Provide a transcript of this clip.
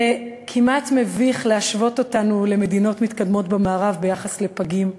זה כמעט מביך להשוות אותנו למדינות מתקדמות במערב ביחס לפגים.